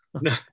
No